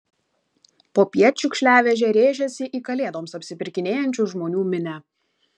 popiet šiukšliavežė rėžėsi į kalėdoms apsipirkinėjančių žmonių minią